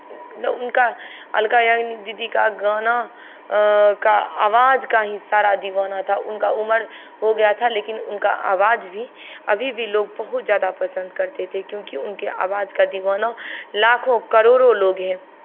मतलब उनका अलका याग्निक दीदी का गाना का आवाज का ही सारा दीवाना था उनका उम्र हो गया था लेकिन उनका आवाज भी अभी भी लोग बहुत ज़्यादा पसंद करते थे क्योंकि उनके आवाज का दीवाना लाखों करोड़ों लोग हैं